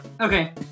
Okay